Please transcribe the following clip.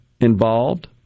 involved